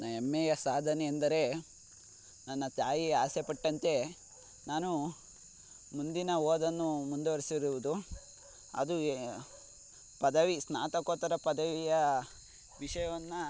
ನನ್ನ ಹೆಮ್ಮೆಯ ಸಾಧನೆ ಎಂದರೆ ನನ್ನ ತಾಯಿ ಆಸೆ ಪಟ್ಟಂತೆ ನಾನು ಮುಂದಿನ ಓದನ್ನು ಮುಂದುವರ್ಸಿರುವುದು ಅದು ಪದವಿ ಸ್ನಾತಕೋತ್ತರ ಪದವಿಯ ವಿಷಯವನ್ನು